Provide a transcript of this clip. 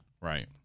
Right